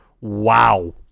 Wow